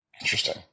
Interesting